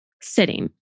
sitting